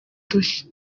dushya